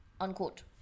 Unquote